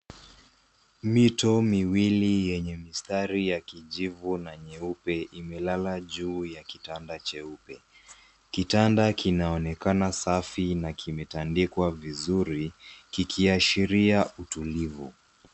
Mito miwili yenye mistari ya kijivu na nyeupe imelala juu ya kitanda cheupe. Kitanda kinaonekana safi na kimetandikwa vizuri kikiashiria utulivu.